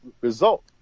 Result